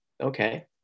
okay